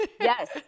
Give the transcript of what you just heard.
Yes